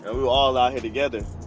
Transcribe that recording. ah we were all out here together.